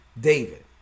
David